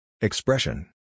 Expression